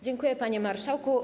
Dziękuję, panie marszałku.